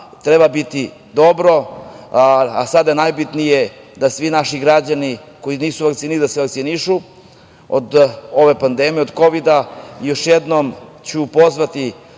treba biti dobro, a sada je najbitnije da svi naši građani koji nisu vakcinisani, da se vakcinišu, od ove pandemije, od Kovida. Još jednom ću pozvati